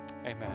Amen